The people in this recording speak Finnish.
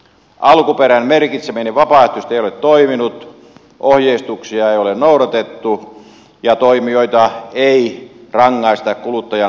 alkuperän merkitseminen vapaaehtoisesti ei ole toiminut ohjeistuksia ei ole noudatettu ja toimijoita ei rangaista kuluttajan harhaanjohtamisesta